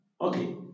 Okay